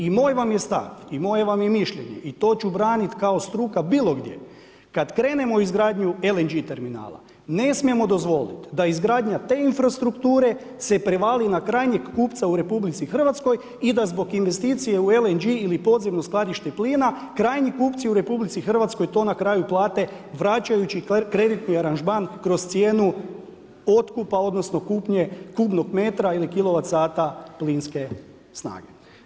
I moj vam je stav i moje vam je mišljenje i to ću braniti kao struka bilo gdje, kad krenemo u izgradnju LNG terminala ne smijemo dozvoliti da izgradnje te infrastrukture se prevali na krajnjeg kupca u RH i da zbog investicije u LNG ili podzemno skladište plina, krajnji kupci u RH to na kraju plate vraćajući kreditni aranžman kroz cijenu otkupa odnosno kupnje kubnog metra ili kilovat sata plinske snage.